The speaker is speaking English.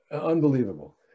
Unbelievable